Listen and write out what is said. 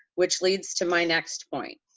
which leads to my next point.